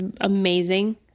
amazing